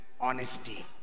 honesty